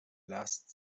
last